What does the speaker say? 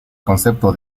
concepto